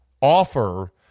offer